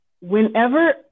Whenever